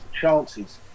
chances